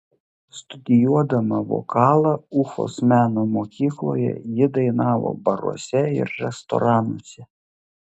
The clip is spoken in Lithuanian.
studijuodama vokalą ufos meno mokykloje ji dainavo baruose ir restoranuose